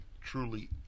truly